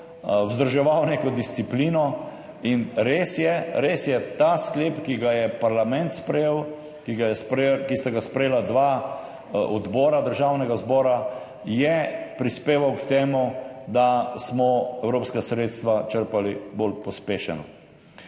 vzdrževal neko disciplino. In res je, res je, ta sklep, ki ga je parlament sprejel, ki sta ga sprejela dva odbora Državnega zbora, je prispeval k temu, da smo evropska sredstva črpali bolj pospešeno.